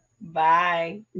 bye